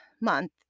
month